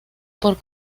por